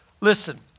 Listen